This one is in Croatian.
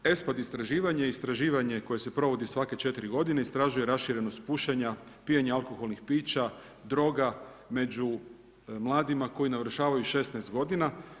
ESPAD istraživanje, istraživanje koje se provodi svake četiri godine istražuje raširenost pušenja, pijenja alkoholnih pića, droga među mladima koji navršavaju 16 godina.